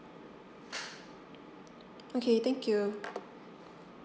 okay thank you